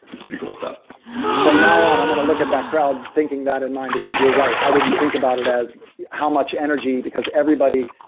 it's pretty cool stuff from now on i'm going to look at that crowd thinking that in mind, because you're right, i didn't think about it as how much energy, because everybody.